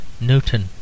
newton